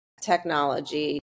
technology